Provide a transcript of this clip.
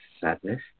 sadness